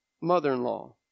mother-in-law